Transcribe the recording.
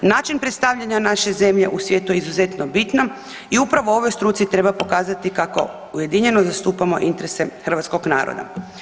Način predstavljanja naše zemlje u svijetu je izuzetno bitna i upravo ovoj struci treba pokazati kako ujedinjeno zastupamo interese hrvatskog naroda.